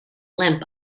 limp